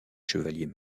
chevaliers